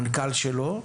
המנכ"ל שלו,